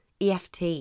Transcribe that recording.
EFT